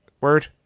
Word